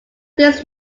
this